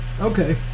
Okay